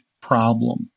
problem